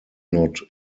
not